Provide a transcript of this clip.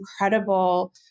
incredible